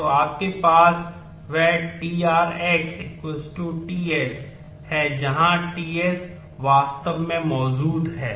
तो आपके पास वह tr X ts है जहां ts वास्तव में मौजूद हैं